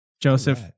joseph